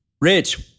Rich